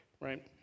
right